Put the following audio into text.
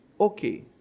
Okay